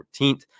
14th